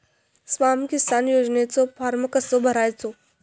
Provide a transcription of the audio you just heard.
स्माम किसान योजनेचो फॉर्म कसो भरायचो?